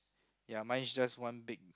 ya mine is just one big